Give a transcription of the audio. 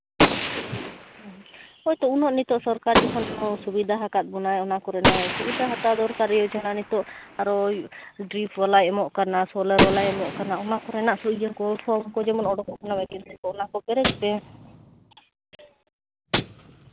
ᱦᱳᱭᱛᱚ ᱩᱱᱟᱹᱜ ᱱᱤᱛᱳᱜ ᱥᱚᱨᱠᱟᱨ ᱡᱚᱠᱷᱚᱱ ᱥᱩᱵᱤᱫᱟ ᱦᱟᱠᱟᱜ ᱵᱚᱱᱟ ᱚᱱᱟ ᱠᱚᱨᱮᱱᱟᱜ ᱥᱩᱵᱤᱫᱟ ᱦᱟᱛᱟᱣ ᱫᱚᱨᱠᱟᱨ ᱜᱮ ᱡᱳᱡᱚᱱᱟ ᱱᱤᱛᱳᱜ ᱟᱨᱚ ᱰᱨᱤᱯ ᱵᱟᱞᱟᱭ ᱮᱢᱚᱜ ᱠᱟᱱᱟ ᱥᱳᱞᱟᱨ ᱵᱟᱞᱟᱭ ᱮᱢᱚᱜ ᱠᱟᱱᱟ ᱚᱱᱟ ᱠᱚᱨᱮᱱᱟᱜ ᱤᱭᱟᱹ ᱠᱚ ᱯᱷᱚᱨᱢ ᱠᱚ ᱡᱮᱢᱚᱱ ᱚᱰᱚᱠᱚᱜ ᱠᱟᱱᱟ ᱚᱱᱟ ᱠᱚ ᱯᱮᱨᱮᱡᱽ ᱯᱮ